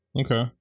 Okay